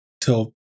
till